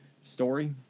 story